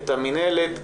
את המינהלת,